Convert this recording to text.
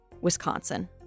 Wisconsin